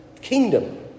kingdom